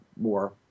more